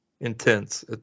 intense